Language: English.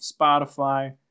Spotify